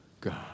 God